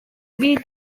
wheat